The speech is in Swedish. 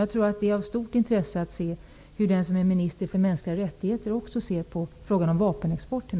Jag tror att det är av stort intresse att få veta hur den som är minister för mänskliga rättigheter ser också på frågan om vapenexport till